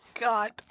God